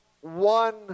one